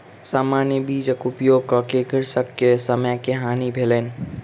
सामान्य बीजक उपयोग कअ के कृषक के समय के हानि भेलैन